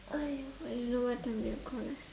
!aiyo! I don't know what time they'll cll us